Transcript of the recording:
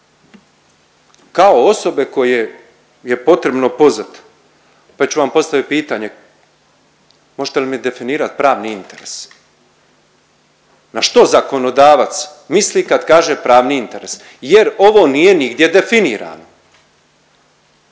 kao osobe koje je potrebno pozvati. Ja ću vam postaviti pitanje, možete li mi definirat pravni interes? Na što zakonodavac misli kad kaže pravni interes jer ovo nije nigdje definirano.